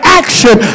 action